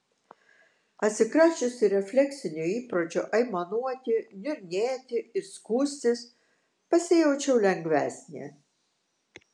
atsikračiusi refleksinio įpročio aimanuoti niurnėti ir skųstis pasijaučiau lengvesnė